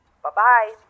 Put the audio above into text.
Bye-bye